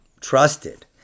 trusted